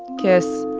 kiss.